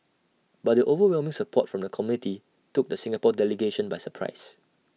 but the overwhelming support from the committee took the Singapore delegation by surprise